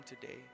today